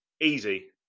Easy